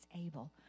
able